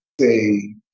say